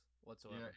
whatsoever